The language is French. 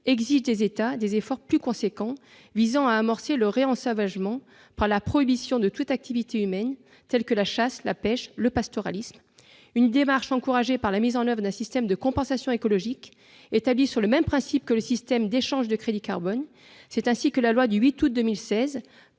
exige des États des efforts plus importants visant à amorcer le ré-ensauvagement par la prohibition de toute activité humaine telle que la chasse, la pêche, le pastoralisme. Cette démarche est encouragée par la mise en oeuvre d'un système de compensation écologique, établi sur le même principe que le système d'échanges de crédits « carbone ». C'est ainsi que la loi du 8 août 2016